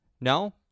No